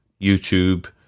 YouTube